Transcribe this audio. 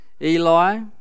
Eli